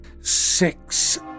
Six